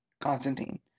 Constantine